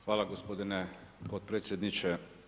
Hvala gospodine potpredsjedniče.